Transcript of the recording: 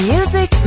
Music